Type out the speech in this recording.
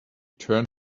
turned